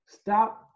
stop